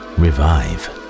revive